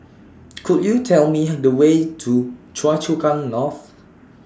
Could YOU Tell Me Her The Way to Choa Chu Kang North